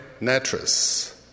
Natris